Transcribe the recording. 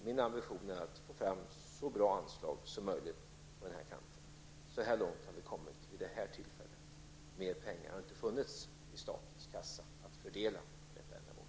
Min ambition är att få fram så bra anslag som möjligt på den här kanten. Så här långt har vi kommit vid detta tillfälle. Det har inte funnits mer pengar i statens kassa att fördela för detta ändamål.